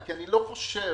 אני לא חושב